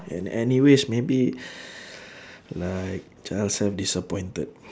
and anyways maybe like child self disappointed